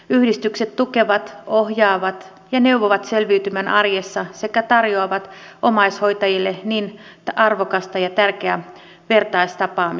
yhdistykset tukevat ohjaavat ja neuvovat selviytymään arjessa sekä tarjoavat omaishoitajille niin arvokkaita ja tärkeitä vertaistapaamisia